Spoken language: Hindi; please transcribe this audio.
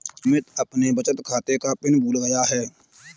अमित अपने बचत खाते का पिन भूल गया है